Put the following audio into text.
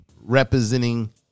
representing